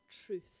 truth